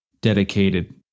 dedicated